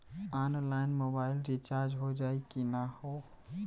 Online mobile recharge हो जाई की ना हो?